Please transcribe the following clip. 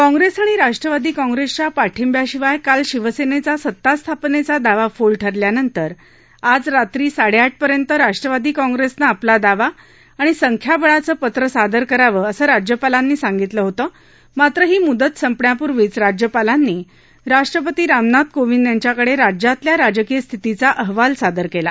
काँग्रेस आणि राष्ट्रवादी काँग्रेसच्या पाठिंब्याशिवाय काल शिवसेनेचा सत्तास्थापनेचा दावा फोल ठरल्यानंतर आज रात्री साडेआठपर्यंत राष्ट्रवादी कॉंग्रेसनं आपला दावा आणि संख्याबळाचं पत्र सादर करावं असं राज्यपालांनी सांगितलं होतं मात्र ही मुदत संपण्यापूर्वीच राज्यपालांनी राष्ट्रपती रामनाथ कोविंद यांच्याकडे राज्यातल्या राजकीय स्थितीचा अहवाल सादर केला